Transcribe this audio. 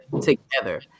together